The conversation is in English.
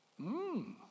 Mmm